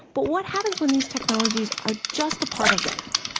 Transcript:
but what happens when these technologies are just a part of life.